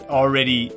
already